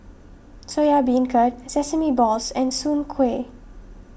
Soya Beancurd Sesame Balls and Soon Kuih